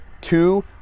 two